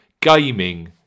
gaming